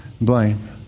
blame